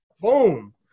Boom